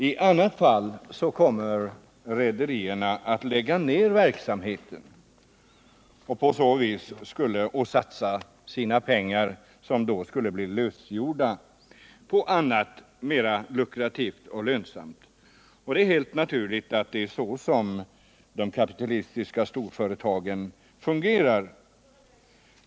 I annat fall kommer rederierna att lägga ned verksamheten och satsa sina pengar, som då skulle bli lösgjorda, på annat mer lukrativt. Det är så de kapitalistiska storföretagen fungerar.